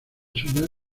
subas